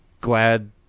glad